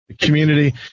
community